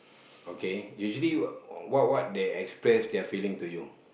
okay usually what what they express their to you